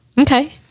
Okay